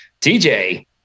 TJ